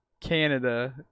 Canada